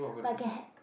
but I can had